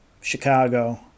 Chicago